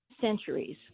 centuries